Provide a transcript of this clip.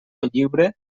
lliure